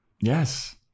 Yes